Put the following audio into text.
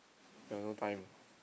I got no time